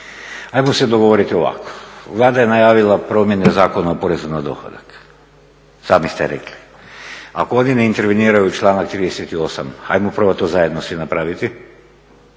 ajmo se dogovoriti ovako, Vlada je najvila promjene Zakona o porezu na dohodak, sami ste rekli, ako oni ne interveniraju u članak 38.hajmo probati to svi napraviti